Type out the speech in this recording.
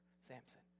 Samson